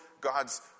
God's